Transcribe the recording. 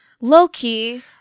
low-key